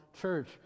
church